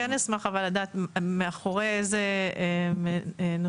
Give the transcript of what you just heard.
לימור סון הר מלך (עוצמה יהודית): אבל אשמח